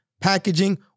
packaging